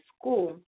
school